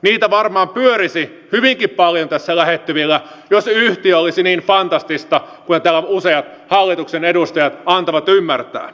niitä varmaan pyörisi hyvinkin paljon tässä lähettyvillä jos yhtiö olisi niin fantastinen kuin täällä useat hallituksen edustajat antavat ymmärtää